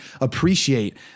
appreciate